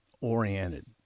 oriented